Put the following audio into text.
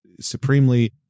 supremely